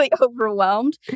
overwhelmed